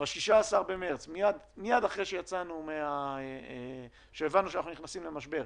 ב-16 במרץ מיד כשהבנו שאנחנו נכנסים למשבר,